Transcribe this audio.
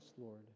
Lord